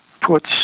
puts